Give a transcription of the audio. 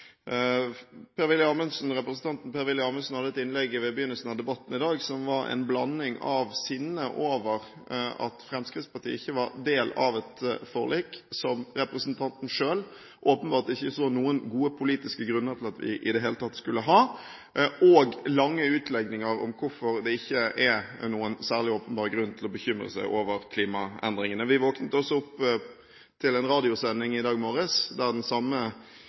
Per-Willy Amundsen hadde et innlegg ved begynnelsen av debatten i dag, som var en blanding av sinne over at Fremskrittspartiet ikke var del av et forlik – som representanten selv åpenbart ikke så noen gode politiske grunner til at vi i det hele tatt skulle ha – og lange utlegninger om hvorfor det ikke er noen åpenbar grunn til å bekymre seg over klimaendringene. Vi våknet også opp i dag morges til en radiosending der den samme